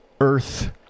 earth